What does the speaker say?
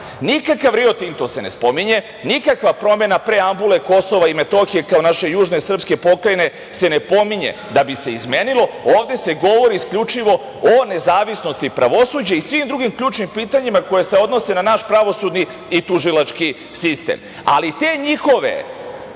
Nikakav Rio Tinto se ne spominje, nikakav promena preambule Kosova i Metohije kao naše južne srpske pokrajine se ne pominje da bi se izmenilo, ovde se govori isključivo o nezavisnosti pravosuđa i svim drugim ključnim pitanjima koje se odnose na naš pravosudni i tužilački sistem. Ali, te njihove